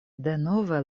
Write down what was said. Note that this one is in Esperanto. denove